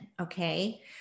okay